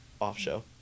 off-show